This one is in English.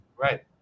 right